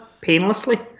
painlessly